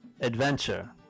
adventure